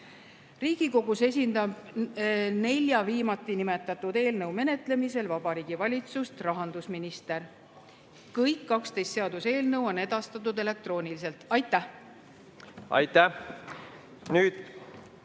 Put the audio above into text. Riigikogus esindab nelja viimati nimetatud eelnõu menetlemisel Vabariigi Valitsust rahandusminister. Kõik 12 seaduseelnõu on edastatud elektrooniliselt. Aitäh! Austatud